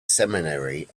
seminary